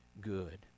good